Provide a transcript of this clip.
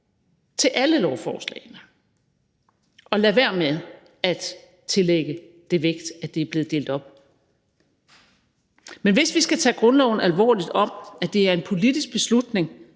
til alle lovforslagene og lade være med at tillægge det vægt, at det er blevet delt op. Men hvis vi skal tage grundloven alvorligt om, at det er en politisk beslutning